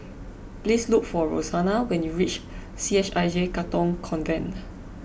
please look for Roxana when you reach C H I J Katong Convent